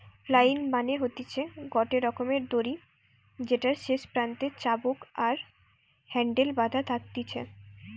flail মানে হতিছে গটে রকমের দড়ি যেটার শেষ প্রান্তে চাবুক আর হ্যান্ডেল বাধা থাকতিছে